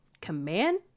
command